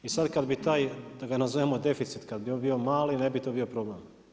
I sad kad bi taj, da ga nazovemo deficit, kad bi on bio mali, ne bi to bio problem.